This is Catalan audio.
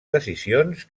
decisions